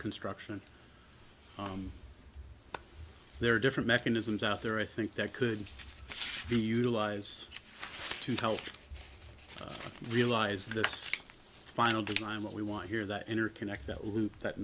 construction there are different mechanisms out there i think that could be utilized to help realize this final design what we want here that interconnect that loop that